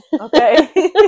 Okay